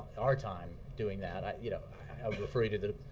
our time doing that. i you know i would refer you to the